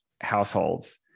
households